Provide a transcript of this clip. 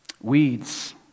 Weeds